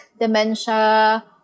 dementia